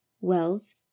Wells